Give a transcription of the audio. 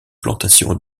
plantation